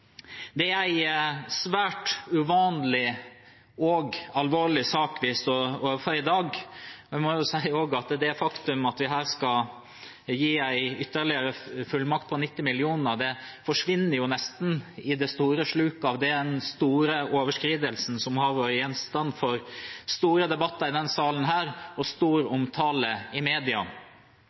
Det er en svært uvanlig og alvorlig sak vi står overfor i dag. Jeg må også si at det er et faktum at vi her skal gi en ytterligere fullmakt på 90 mill. kr, som nesten forsvinner i det store sluket gjennom den store overskridelsen, som har vært gjenstand for store debatter i denne salen, og stor omtale i media.